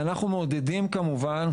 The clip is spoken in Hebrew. ואנחנו מעודדים כמובן,